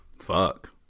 Fuck